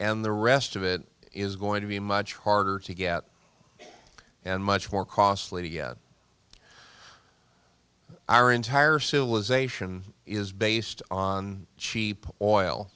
and the rest of it is going to be much harder to get and much more costly to get our entire civilization is based on cheap oil